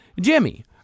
Jimmy